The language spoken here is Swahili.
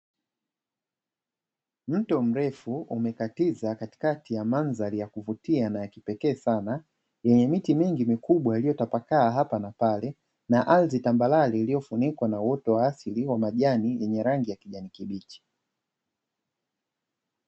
Dawa za mifugo na pembejeo za kilimo zalizo hifadhiwa chumba maalumu kilichotengenzawa na makabati yaliyopakwa rangi nzuri ya kuvutia, Huku zikiwa zimehifadhiwa kwenye chupa ndogo zenye rangi nyeupe pamoja na vifungashio ili ziweze kuhifadhiwa vizuri.